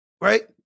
right